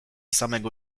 samego